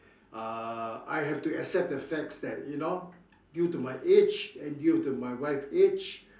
uh I have to accept the facts that you know due to my age and due to my wife age